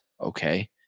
okay